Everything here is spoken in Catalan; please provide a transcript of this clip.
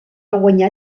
guanyar